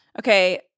Okay